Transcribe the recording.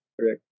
correct